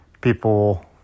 people